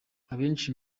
abenshi